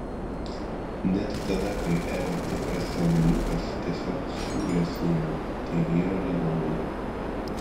net tada kai eva tikras saldainiukas tiesiog siūlėsi jam tai vyro nedomino